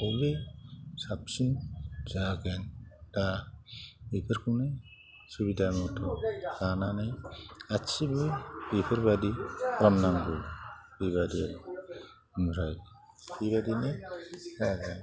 अबे साबसिन जागोन दा बेफोरखौनो सुबिदा मथन लानानै गासैबो बेफोरबायदि खालामनांगौ बेबायदि आरो ओमफ्राइ बेबाइदिनो जागोन